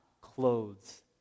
clothes